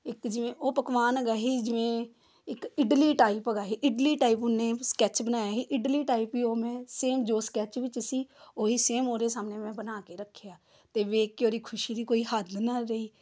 ਇੱਕ ਜਿਵੇਂ ਉਹ ਪਕਵਾਨ ਹੈਗਾ ਸੀ ਜਿਵੇਂ ਇੱਕ ਇਡਲੀ ਟਾਈਪ ਹੈਗਾ ਸੀ ਇਡਲੀ ਟਾਈਪ ਉਹਨੇ ਸਕੈਚ ਬਣਾਇਆ ਸੀ ਇਡਲੀ ਟਾਈਪ ਹੀ ਉਹ ਮੈਂ ਸੇਮ ਜੋ ਸਕੈਚ ਵਿੱਚ ਸੀ ਉਹੀ ਸੇਮ ਉਹਦੇ ਸਾਹਮਣੇ ਮੈਂ ਬਣਾ ਕੇ ਰੱਖਿਆ ਤਾਂ ਦੇਖ ਕੇ ਉਹਦੀ ਖੁਸ਼ੀ ਦੀ ਕੋਈ ਹੱਦ ਨਾ ਰਹੀ